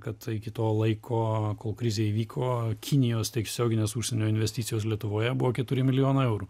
kad iki to laiko kol krizė įvyko kinijos tiesioginės užsienio investicijos lietuvoje buvo keturi milijonai eurų